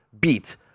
beat